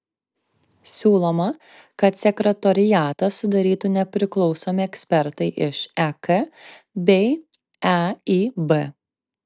siūloma kad sekretoriatą sudarytų nepriklausomi ekspertai iš ek bei eib